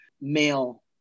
male